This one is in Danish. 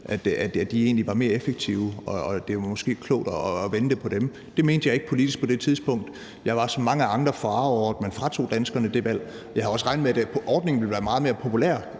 med, egentlig var mere effektive, og at det måske var klogt at vente på dem. Det mente jeg ikke politisk på det tidspunkt. Jeg var som så mange andre forarget over, at man fratog danskerne det valg. Jeg havde også regnet med, at ordningen ville være meget mere populær.